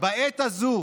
בעת הזאת